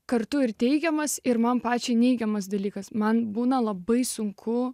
kartu ir teigiamas ir man pačiai neigiamas dalykas man būna labai sunku